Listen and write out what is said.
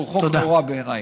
שהוא חוק נורא בעיניי.